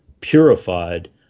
purified